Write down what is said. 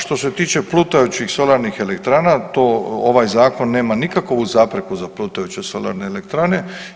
Što se tiče plutajućih solarnih elektrana to ovaj zakon nema nikakovu zapreku za plutajuće solarne elektrane.